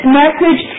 message